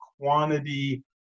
quantity